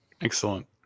Excellent